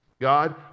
God